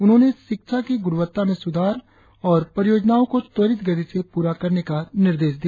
उन्होंने शिक्षा की गुणवत्ता में सुधार और परियोजनाओ को त्वरित गति से पूरा करने का निर्देश दिया